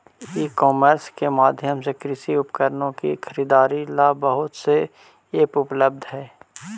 ई commerce के माध्यम से कृषि उपकरणों की खरीदारी ला बहुत से ऐप उपलब्ध हई